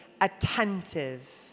attentive